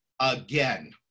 again